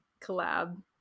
collab